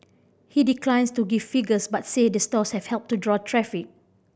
he declines to give figures but say the stores have helped to draw traffic